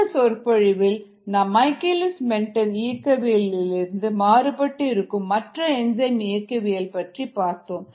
இந்த சொற்பொழிவில் நாம் மைக்கேல்லிஸ் மென்டென் இயக்கவியல் இல் இருந்து மாறுபட்டு இருக்கும் மற்ற என்சைம் இயக்கவியல் பற்றி பார்த்தோம்